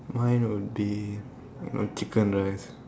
mine would be chicken rice